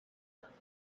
rwanda